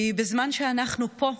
כי בזמן שאנחנו פה,